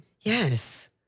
Yes